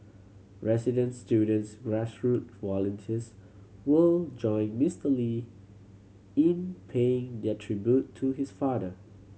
residents students volunteers will join Mister Lee in paying their tribute to his father